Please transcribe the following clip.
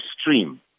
stream